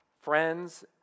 friends